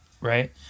right